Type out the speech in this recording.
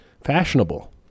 fashionable